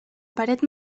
paret